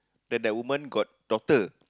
then the woman got daughter